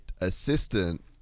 assistant